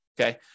Okay